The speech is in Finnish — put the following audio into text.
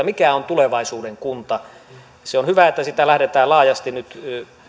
mikä on tulevaisuuden kunta se on hyvä että sitä lähdetään laajasti nyt